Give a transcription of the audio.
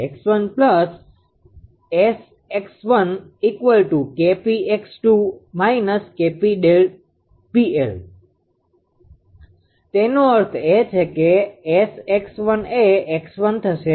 𝑥1 𝑆𝑥1 𝐾𝑝𝑥2 − 𝐾𝑝Δ𝑃𝐿 તેનો અર્થ એ છે કે 𝑆𝑥1 એ 𝑥1̇ થશે